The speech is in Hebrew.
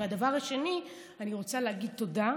הדבר השני, אני רוצה להגיד תודה,